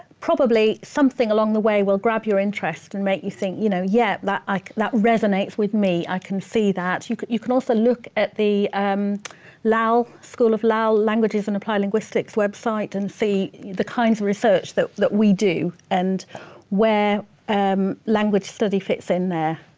probably something along the way will grab your interest and make you think, you know, yeah, that like that resonates with me. i can see that. you you also look at the um lal, school of lal, languages and applied linguistics website and see the kinds of research that that we do and where language study fits in there.